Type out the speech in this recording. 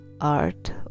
art